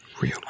Real